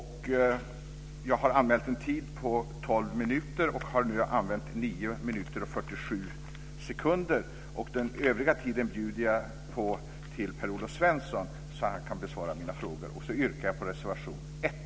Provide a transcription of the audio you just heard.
Jag har anmält en talartid på 12 minuter och har nu använt 9 Per-Olof Svensson på, så att han kan besvara mina frågor. Så yrkar jag bifall till reservation 1.